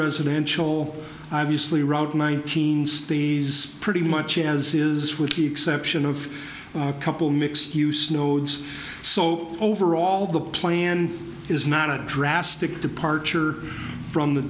residential obviously route nineteen stays pretty much as is with the exception of a couple mixed use nodes so overall the plan is not a drastic departure from the